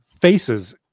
faces